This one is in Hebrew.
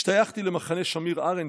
השתייכתי למחנה שמיר-ארנס.